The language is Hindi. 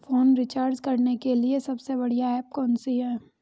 फोन रिचार्ज करने के लिए सबसे बढ़िया ऐप कौन सी है?